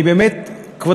באמת, כבוד